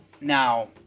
now